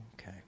okay